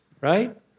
right